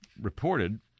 reported